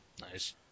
Nice